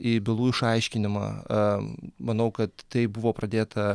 į bylų išaiškinimą manau kad tai buvo pradėta